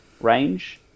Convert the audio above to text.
range